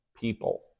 people